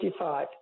1955